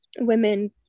women